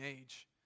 age